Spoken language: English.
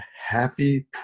Happy